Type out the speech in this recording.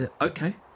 okay